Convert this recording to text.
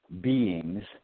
beings